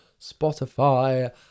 spotify